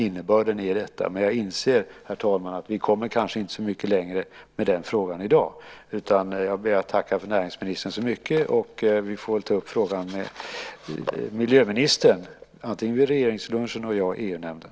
Men jag inser, herr talman, att vi kanske inte kommer så mycket längre med den frågan i dag, utan jag ber att få tacka näringsministern så mycket. Vi får väl ta upp frågan med miljöministern, Leif Pagrotsky vid regeringslunchen och jag i EU-nämnden.